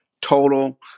total